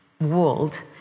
world